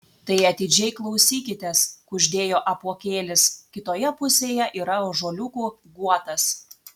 tai atidžiai klausykitės kuždėjo apuokėlis kitoje pusėje yra ąžuoliukų guotas